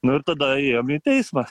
nu ir tada ėjom į teismą